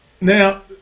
now